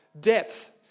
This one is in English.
depth